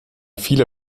viele